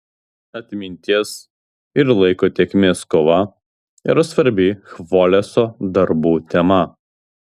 atminties ir laiko tėkmės kova yra svarbi chvoleso darbų tema